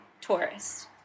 tourists